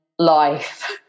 Life